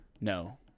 No